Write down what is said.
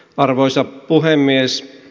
arvoisa puhemies